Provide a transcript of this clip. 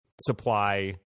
supply